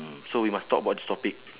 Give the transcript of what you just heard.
mm so we must talk about this topic